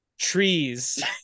trees